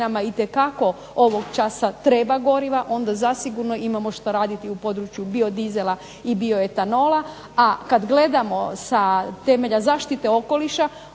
itekako ovog časa treba goriva onda zasigurno imamo što raditi u području biodizela i bioetanola, a kad gledamo sa temelja zaštite okoliša